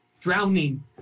Drowning